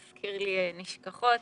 מזכיר לי נשכחות.